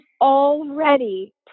already